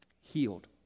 Healed